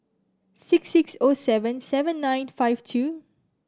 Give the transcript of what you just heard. six six O seven seven nine five two